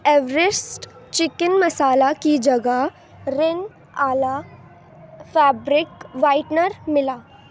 Everest chicken masala کی جگہ رن آلا فیبرک وائٹنر ملا